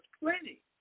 plenty